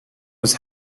was